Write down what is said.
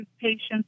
patients